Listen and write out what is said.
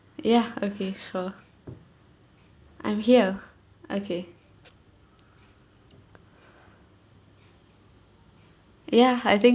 ya okay sure I'm here okay ya I think